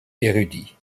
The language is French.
érudit